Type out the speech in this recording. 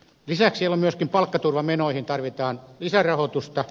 lisäksi myöskin palkkaturvamenoihin tarvitaan lisärahoitusta